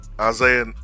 Isaiah